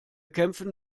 kämpfen